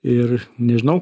ir nežinau